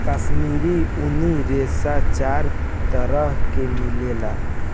काश्मीरी ऊनी रेशा चार तरह के मिलेला